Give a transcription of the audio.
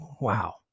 Wow